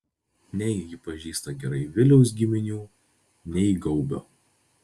nei ji pažįsta gerai viliaus giminių nei gaubio